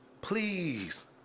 Please